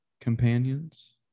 companions